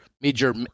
Major